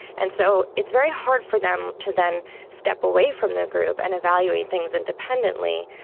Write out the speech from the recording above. and so it's very hard for them to then step away from the group and evaluate things independently,